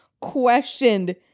questioned